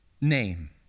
name